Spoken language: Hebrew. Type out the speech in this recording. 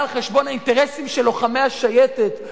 באה על חשבון האינטרסים של לוחמי השייטת,